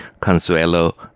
Consuelo